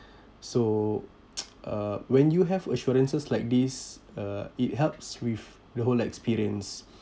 so uh when you have assurances like this uh it helps with the whole experience